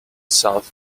south